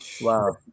Wow